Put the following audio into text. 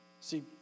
See